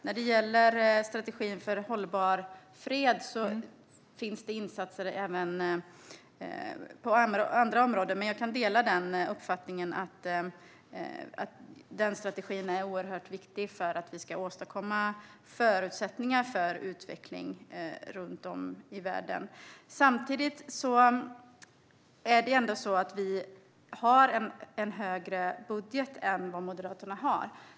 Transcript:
När det gäller strategin för hållbar fred finns det insatser även på andra områden, men jag kan dela uppfattningen att den strategin är oerhört viktig för att vi ska åstadkomma förutsättningar för utveckling runt om i världen. Samtidigt är det så att vi har en större budget än vad Moderaterna har.